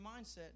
mindset